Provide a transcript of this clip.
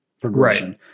progression